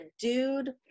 dude